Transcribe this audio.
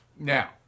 Now